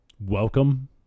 welcome